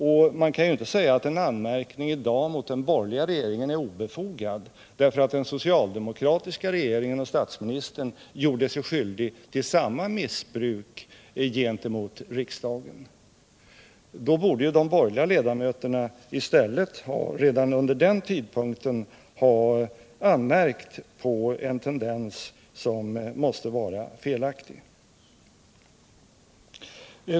Och man kan ju inte säga att anmärkningarna i dag mot den borgerliga regeringen är obefogade, därför att den socialdemokratiska regeringen och den socialdemokratiske statsministern gjorde sig skyldiga till samma missbruk gentemot riksdagen. Då borde de borgerliga ledamöterna i stället redan under den tiden ha anmärkt på en tendens som måste vara felaktig.